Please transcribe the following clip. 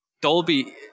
Dolby